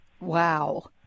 Wow